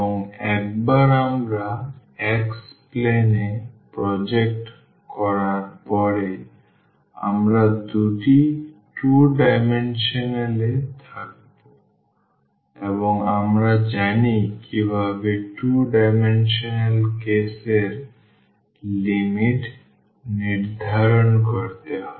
এবং একবার আমরা x প্লেন এ প্রজেক্ট করার পরে আমরা দুটি 2 ডাইমেনশনাল এ থাকব এবং আমরা জানি কীভাবে 2 ডাইমেনশনাল কেসের লিমিট নির্ধারণ করতে হয়